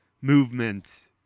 movement